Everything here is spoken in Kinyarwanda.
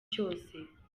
cyose